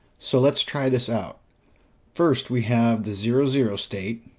so, let's try this out first. we have the zero-zero state,